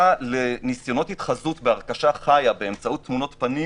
ניסיונות התחזות בהרכשה חיה באמצעות תמונות פנים